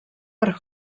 per